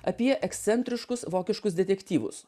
apie ekscentriškus vokiškus detektyvus